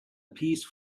piece